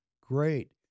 Great